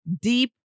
deep